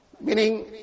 Meaning